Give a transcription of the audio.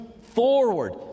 forward